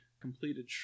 completed